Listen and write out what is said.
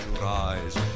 rise